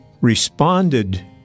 responded